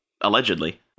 allegedly